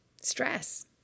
stress